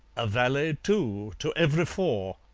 a valet, too, to every four.